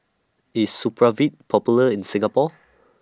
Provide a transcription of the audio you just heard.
IS Supravit Popular in Singapore